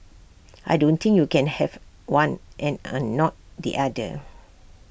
I don't think you can have one and not the other